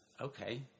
okay